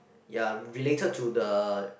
ya related to the